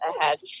ahead